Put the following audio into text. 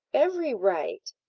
every right.